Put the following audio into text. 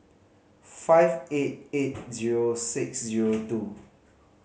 five eight eight zero six zero two